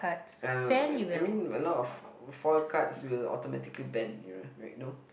uh I mean a lot of foil cards will automatically bend wait no